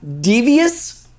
devious